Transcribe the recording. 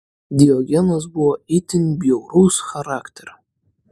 diogenas buvo itin bjauraus charakterio